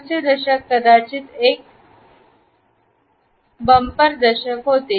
० चे दशक कदाचित एक बंपर होते